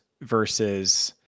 versus